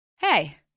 Hey